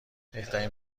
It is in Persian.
بهترین